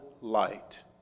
light